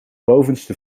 bovenste